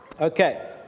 Okay